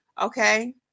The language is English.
Okay